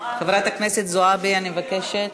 חברת הכנסת זועבי, אני מבקשת.